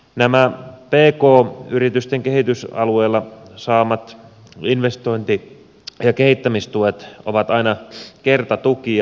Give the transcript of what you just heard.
nämä pk yritysten kehitysalueella saamat investointi ja kehittämistuet ovat aina kertatukia